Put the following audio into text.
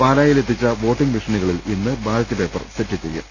പാലായിൽ എത്തിച്ച വോട്ടിംഗ് മെഷീനുകളിൽ ഇന്ന് ബാലറ്റ് പേപ്പർ സെറ്റ് ചെയ്യും